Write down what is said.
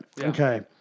Okay